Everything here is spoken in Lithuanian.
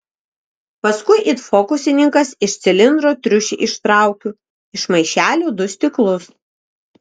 paskui it fokusininkas iš cilindro triušį ištraukiu iš maišelio du stiklus